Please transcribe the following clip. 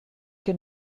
que